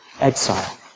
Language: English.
exile